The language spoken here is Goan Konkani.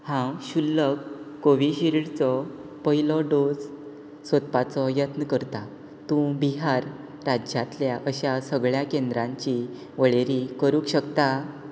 हांव सशुल्क कोविशिल्डचो पयलो डोस सोदपाचो यत्न करतां तूं बिहार राज्यांतल्या अशा सगळ्या केंद्रांची वळेरी करूंक शकता